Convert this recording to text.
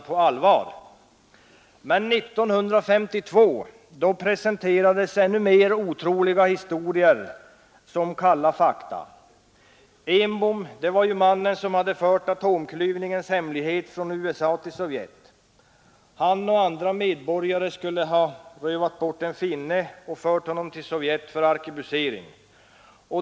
Men 1952 presenterades ännu mer otroliga historier som kalla fakta. Enbom, det var mannen som hade fört atomklyvningens hemlighet från USA till Sovjet. Han och andra medborgare skulle ha rövat bort en finsk medborgare och fört honom till Sovjet för arkebusering.